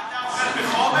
מה, אתה אוכל בחומץ?